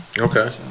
okay